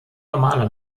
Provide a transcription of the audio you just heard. normale